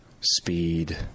speed